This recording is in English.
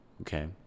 Okay